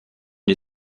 une